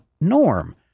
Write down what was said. norm